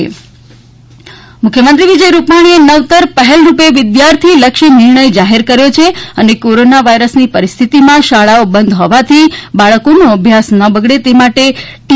પરીક્ષા મુખ્યમંત્રી મુખ્યમંત્રી વિજયભાઇ રૂપાણીએ નવતર પહેલરૂપે વિદ્યાર્થીલક્ષી નિર્ણય જાહેર કર્યો છે અને કોરોના વાયરસની પરિસ્થિતીમાં શાળાઓ બંધ હોવાથી બાળકોનો અભ્યાસ ન બગડે તે માટે ટી